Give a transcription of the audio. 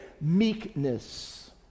meekness